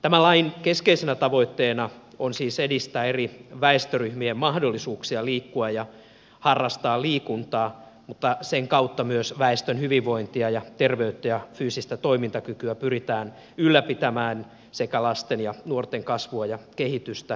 tämän lain keskeisenä tavoitteena on siis edistää eri väestöryhmien mahdollisuuksia liikkua ja harrastaa liikuntaa mutta sen kautta myös väestön hyvinvointia ja terveyttä ja fyysistä toimintakykyä pyritään ylläpitämään sekä lasten ja nuorten kasvua ja kehitystä tukemaan